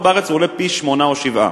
בעוד בארץ הוא עולה פי-שמונה או פי-שבעה.